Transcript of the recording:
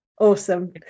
awesome